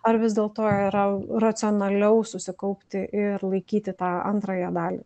ar vis dėlto yra racionaliau susikaupti ir laikyti tą antrąją dalį